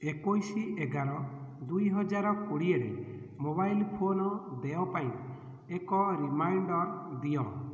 ଏକୋଇଶି ଏଗାର ଦୁଇ ହଜାର କୋଡ଼ିଏରେ ମୋବାଇଲ୍ ଫୋନ୍ ଦେୟ ପାଇଁ ଏକ ରିମାଇଣ୍ଡର୍ ଦିଅ